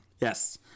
Yes